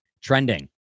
Trending